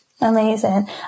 Amazing